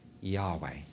Yahweh